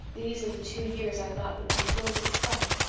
these are the two years i thought would be filled with fun.